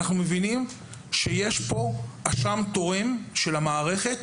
אנחנו מבינים שיש פה אשם תורם של המערכת,